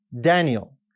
Daniel